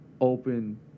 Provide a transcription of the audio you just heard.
open